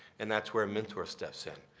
and that's where mentor steps in.